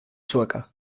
sueca